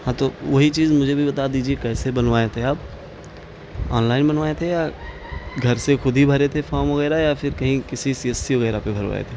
ہاں تو وہی چیز مجھے بھی بتا دیجیے کیسے بنوائے تھے آپ آن لائن بنوائے تھے یا گھر سے خود ہی بھرے تھے فام وغیرہ یا پھر کہیں کسی سی ایس سی وغیرہ پہ بھروائے تھے